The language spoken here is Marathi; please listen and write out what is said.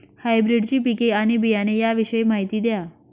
हायब्रिडची पिके आणि बियाणे याविषयी माहिती द्या